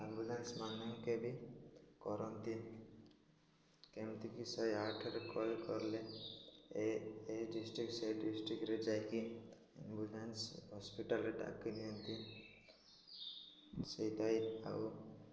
ambulance ମାନଙ୍କ ବି କରନ୍ତି କେମିତିକି ଶହ ଆଠରେ କଲ୍ କଲେ ଏ ଡିଷ୍ଟ୍ରିକ୍ଟ ସେଇ ଡିଷ୍ଟ୍ରିକ୍ଟରେ ଯାଇକି ଆମ୍ବୁଲାନ୍ସ ହସ୍ପିଟାଲରେ ଡାକି ନିଅନ୍ତି ସେଇଟା ଆଉ